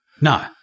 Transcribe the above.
No